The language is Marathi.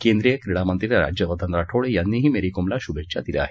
केंद्रीय क्रीडामंत्री राज्यवर्धन राठोड यांनीही मेरी कोमला शूभेच्छा दिल्या आहेत